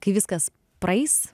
kai viskas praeis